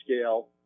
scale